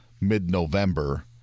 mid-November